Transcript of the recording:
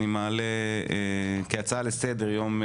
אני מעלה כהצעה לסדר יום,